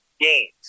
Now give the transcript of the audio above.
Games